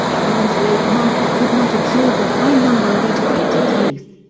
iran's labor market could not absorb a high number of educated youth.